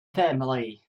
family